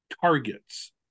targets